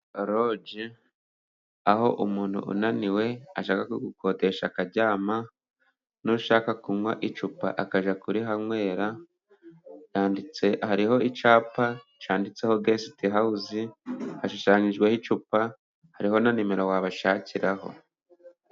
Loji aho umuntu unaniwe ajya gukodesha akaryama, n'ushaka kunywa icupa akajya kurihanywera. Yanditseho, hariho icyapa cyanditseho gesite hawuze, hashushanyijweho icupa, hariho na nimero wabashakiraho.